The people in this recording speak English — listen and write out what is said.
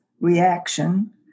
reaction